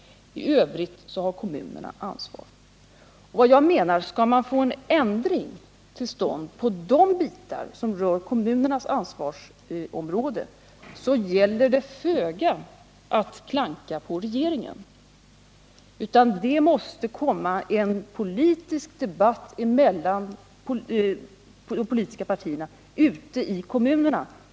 I övrigt har kommunerna ansvaret. Om man vill åstadkomma en ändring av de delar av ansvaret som faller på kommunerna, då hjälper det föga att klanka på regeringen. För att få en förändring till stånd måste det till debatt mellan de politiska partierna ute i kommunerna.